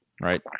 right